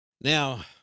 Now